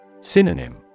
Synonym